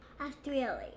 Australia